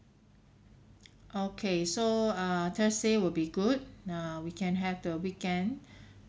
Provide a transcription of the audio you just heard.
okay so err thursday will be good err we can have the weekend